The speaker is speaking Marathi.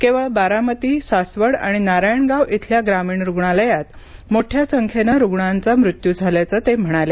केवळ बारामती सासवड आणि नारायणगाव इथल्या ग्रामीण रुग्णालयात मोठ्या संख्येनं रुग्णांचा मृत्यू झाल्याचं ते म्हणाले